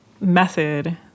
method